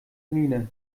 miene